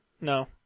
No